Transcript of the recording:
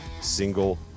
single